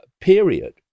period